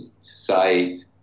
sight